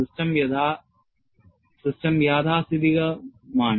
system യാഥാസ്ഥിതികമാണ്